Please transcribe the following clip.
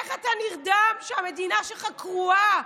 איך אתה נרדם כשהמדינה שלך קרועה?